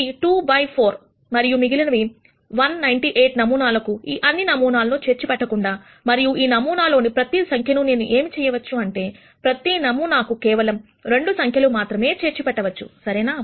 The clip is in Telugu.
ఇది 2 బై 4 మరియు మిగిలిన 198 నమూనాలకు అన్ని నమూనాలను చేర్చి పెట్టకుండా మరియు ఈ నమూనా లోని ప్రతి సంఖ్యను నేను ఏమి చేయవచ్చు అంటే ప్రతీ నమూనాకు కేవలము 2 రెండు సంఖ్యల మాత్రమే చేర్చిపెట్టవచ్చు సరేనా